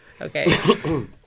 Okay